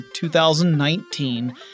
2019